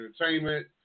Entertainment